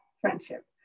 friendship